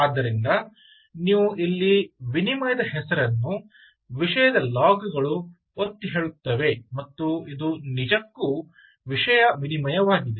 ಆದ್ದರಿಂದ ನೀವು ಇಲ್ಲಿ ವಿನಿಮಯದ ಹೆಸರನ್ನು ವಿಷಯದ ಲಾಗ್ಗಳು ಒತ್ತಿಹೇಳುತ್ತದೆ ಮತ್ತು ಇದು ನಿಜಕ್ಕೂ ವಿಷಯ ವಿನಿಮಯವಾಗಿದೆ